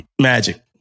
magic